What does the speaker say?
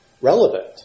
relevant